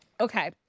okay